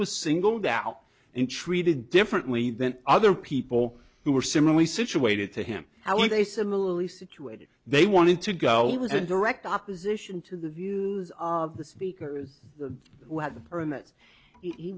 was singled out and treated differently than other people who were similarly situated to him how were they similarly situated they wanted to go was in direct opposition to the view of the speakers who had earned that he